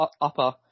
upper